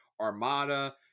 Armada